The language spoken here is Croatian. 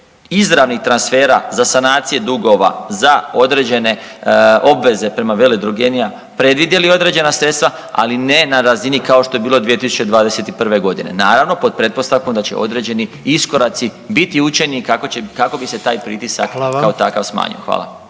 izravnih transfera za sanacije dugova za određene obveze prema veledrogerijama predvidjeli određene sredstva ali ne razini kao što je bilo 2021.godine, naravno pod pretpostavkom da će određeni iskoraci biti učinjeni kako bi se taj pritisak kao takav smanjio. Hvala.